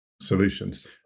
solutions